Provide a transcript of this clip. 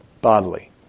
bodily